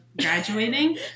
graduating